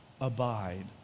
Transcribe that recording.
abide